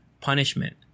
punishment